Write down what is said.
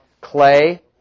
clay